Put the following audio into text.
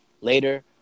later